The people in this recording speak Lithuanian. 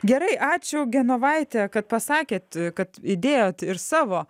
gerai ačiū genovaite kad pasakėt kad įdėjot ir savo